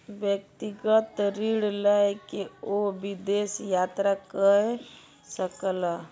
व्यक्तिगत ऋण लय के ओ विदेश यात्रा कय सकला